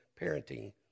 parenting